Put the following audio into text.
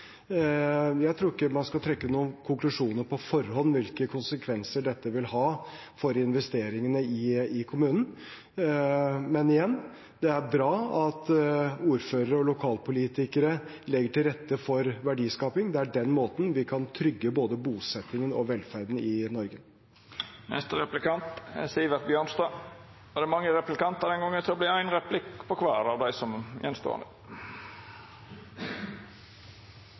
Jeg tror ikke man skal trekke noen konklusjoner på forhånd om hvilke konsekvenser dette vil ha for investeringene i kommunen. Men igjen, det er bra at ordførere og lokalpolitikere legger til rette for verdiskaping. Det er på den måten vi kan trygge både bosettingen og velferden i Norge. Det er mange replikantar, så det vert éin replikk på kvar av dei som er att. Jeg har forsøkt å